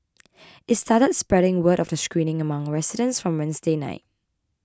it started spreading word of the screening among residents from Wednesday night